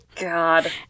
God